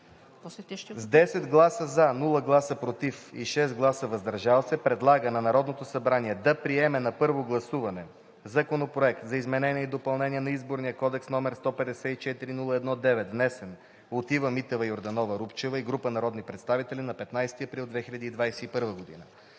с 10 гласа „за“, без „против“ и 6 гласа „въздържал се“ предлага на Народното събрание да приеме на първо гласуване Законопроект за изменение и допълнение на Изборния кодекс, № 154-01-9, внесен от Ива Митева Йорданова-Рупчева и група народни представители на 15 април 2021 г.;